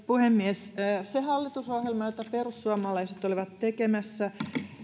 puhemies se hallitusohjelma jota perussuomalaiset olivat tekemässä